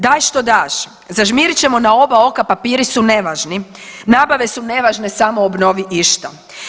Daj što daš, zažmirit ćemo na oba oka papiri su nevažni, nabave su nevažne samo obnovi išta.